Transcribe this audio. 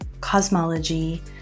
cosmology